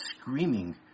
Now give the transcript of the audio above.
screaming